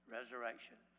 Resurrection